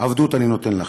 עבדות אני נותן לכם",